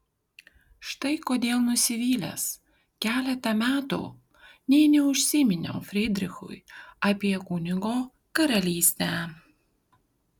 štai kodėl nusivylęs keletą metų nė neužsiminiau frydrichui apie kunigo karalystę